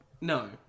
no